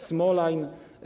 Smolajn.